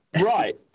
Right